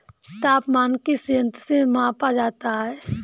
तापमान किस यंत्र से मापा जाता है?